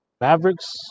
Mavericks